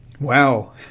Wow